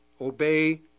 obey